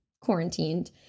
quarantined